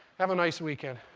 have a nice weekend.